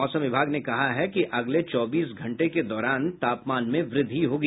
मौसम विभाग ने कहा है कि अगले चौबीस घंटे के दौरान तापमान में वृद्धि होगी